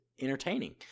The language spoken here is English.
entertaining